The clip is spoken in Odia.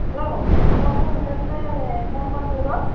ହେଲୋ ଆପଣଙ୍କ ହୋଟେଲରେ କ'ଣ କ'ଣ ମିଳିବ